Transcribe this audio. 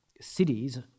cities